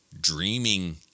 dreaming